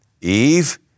Eve